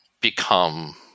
become